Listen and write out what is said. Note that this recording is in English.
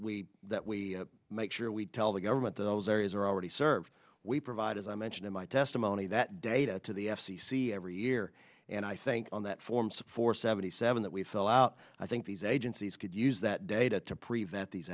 we that we make sure we tell the government those areas are already served we provide as i mentioned in my testimony that data to the f c c every year and i think on that forms for seventy seven that we fill out i think these agencies could use that data to prevent these